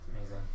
Amazing